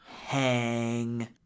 hang